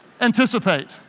Anticipate